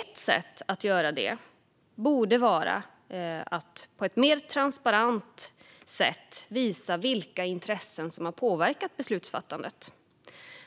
Ett sätt att göra detta borde vara att på ett mer transparent sätt visa vilka intressen som har påverkat beslutsfattandet.